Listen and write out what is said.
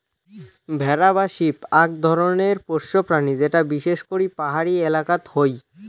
ভেড়া বা শিপ আক ধরণের পোষ্য প্রাণী যেটো বিশেষ করি পাহাড়ি এলাকাত হই